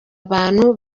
abantu